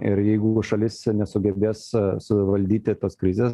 ir jeigu šalis nesugebės suvaldyti tos krizės